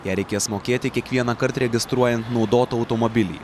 ją reikės mokėti kiekvienąkart registruojant naudotą automobilį